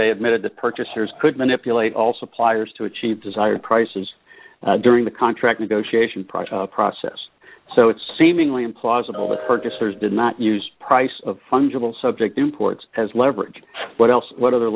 they admitted that purchasers could manipulate all suppliers to achieve desired prices during the contract negotiation process process so it's seemingly implausible that purchasers did not use price of fungible subject imports as leverage what else what other